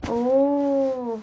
oh